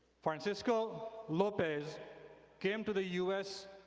francisco lopez came to the u s.